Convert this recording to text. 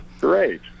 great